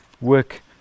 work